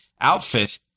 outfit